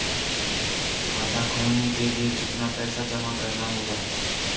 खाता खोलने के लिये कितना पैसा जमा करना होगा?